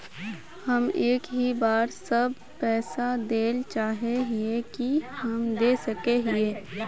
हम एक ही बार सब पैसा देल चाहे हिये की हम दे सके हीये?